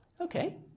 Okay